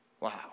Wow